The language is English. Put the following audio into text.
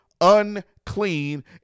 unclean